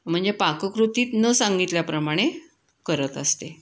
म्हणजे पाककृतीत न सांगितल्याप्रमाणे करत असते